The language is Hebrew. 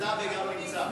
נמצא גם נמצא.